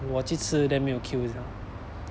我去吃 then 没有 queue 这样